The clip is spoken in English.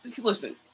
listen